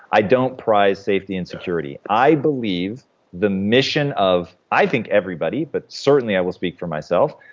i don't prize safety and security. i believe the mission of. i think everybody, but certainly i will speak for myself.